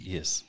Yes